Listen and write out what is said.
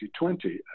2020